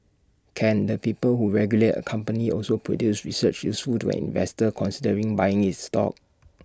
can the people who regulate A company also produce research useful to an investor considering buying its stock